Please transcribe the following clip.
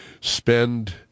spend